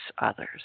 others